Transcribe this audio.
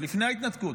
עוד לפני ההתנתקות,